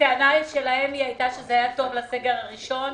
הטענה שלהם הייתה שזה היה טוב לסגר הראשון.